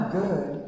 good